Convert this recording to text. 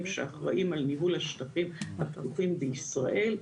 שאחראים על ניהול השטחים הפתוחים בישראל,